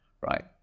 right